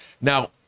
Now